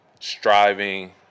striving